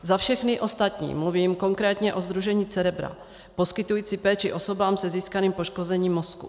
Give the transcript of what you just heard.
Za všechny ostatní mluvím konkrétně o sdružení Cerebrum poskytujícím péči osobám se získaným poškozením mozku.